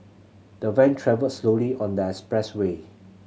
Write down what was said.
the van travelled slowly on that expressway